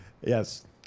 yes